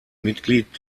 mitglied